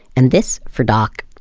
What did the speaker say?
and this, for doc,